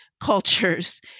cultures